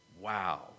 wow